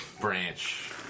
branch